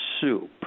soup